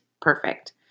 perfect